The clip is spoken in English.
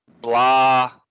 blah